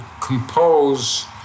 compose